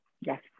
Yes